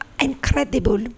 incredible